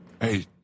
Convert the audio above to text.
Hey